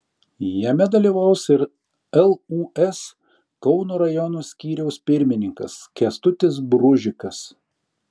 jame dalyvaus ir lūs kauno rajono skyriaus pirmininkas kęstutis bružikas